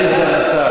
נו, אני עוד פעם אומר.